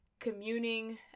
Communing